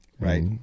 right